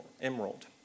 emerald